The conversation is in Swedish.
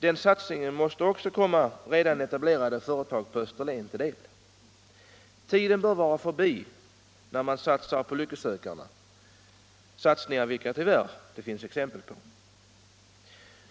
Den satsningen måste också komma redan etablerade företag på Österlen till del. Den tid då man satsade på lycksökarna bör vara förbi — det finns tyvärr sådana exempel.